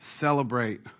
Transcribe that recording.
celebrate